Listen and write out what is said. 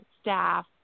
staff